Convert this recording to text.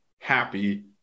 happy